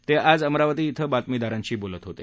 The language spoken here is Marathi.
ते आज अमरावती इथं बातमीदारांशी बोलत होते